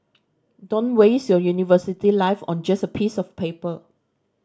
don't waste your university life on just a piece of paper